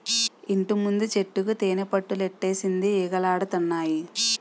ఇంటిముందు చెట్టుకి తేనిపట్టులెట్టేసింది ఈగలాడతన్నాయి